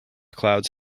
clouds